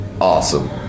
awesome